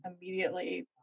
immediately